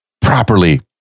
properly